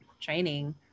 training